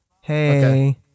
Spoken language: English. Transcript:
Hey